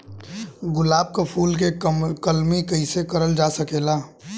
गुलाब क फूल के कलमी कैसे करल जा सकेला?